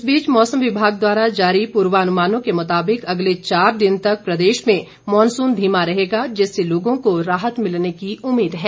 इस बीच मौसम विभाग द्वारा जारी पूर्वानुमानों के मुताबिक अगले चार दिनों तक प्रदेश में मॉनसून धीमा रहेगा जिससे लोगों को राहत मिलने की उम्मीद है